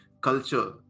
culture